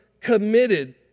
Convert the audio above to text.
committed